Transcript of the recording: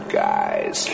guys